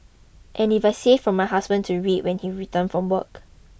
and I saved it for my husband to read when he returned from work